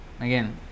again